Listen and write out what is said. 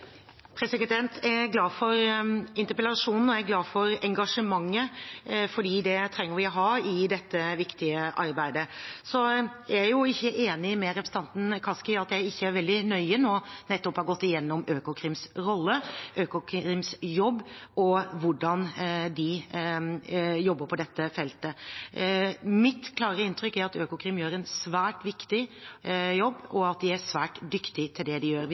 å ha i dette viktige arbeidet. Men jeg er ikke enig med representanten Kaski i at jeg ikke veldig nøye nå nettopp har gått gjennom Økokrims rolle, Økokrims jobb og hvordan de jobber på dette feltet. Mitt klare inntrykk er at Økokrim gjør en svært viktig jobb, og at de er svært dyktig i det de gjør.